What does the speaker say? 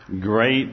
great